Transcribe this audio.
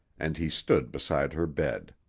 and he stood beside her bed.